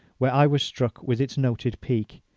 where i was struck with its noted peak.